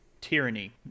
tyranny